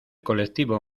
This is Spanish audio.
colectivo